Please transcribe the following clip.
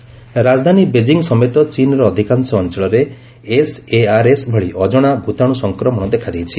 China virus ରାଜଧାନୀ Beijing ସମେତ ଚୀନର ଅଧିକାଂଶ ଅଞ୍ଚଳରେ ଏସ୍ଏଆର୍ଏସ୍ ଭଳି ଅଜଣା ଭୂତାଣୁ ସଂକ୍ରମଣ ଦେଖାଦେଇଛି